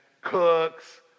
cooks